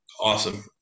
Awesome